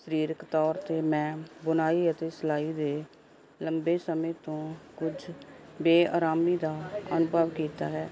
ਸਰੀਰਕ ਤੌਰ 'ਤੇ ਮੈਂ ਬੁਣਾਈ ਅਤੇ ਸਿਲਾਈ ਦੇ ਲੰਬੇ ਸਮੇਂ ਤੋਂ ਕੁਝ ਬੇਆਰਾਮੀ ਦਾ ਅਨੁਭਵ ਕੀਤਾ ਹੈ